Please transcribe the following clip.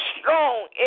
strong